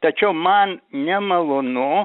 tačiau man nemalonu